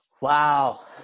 wow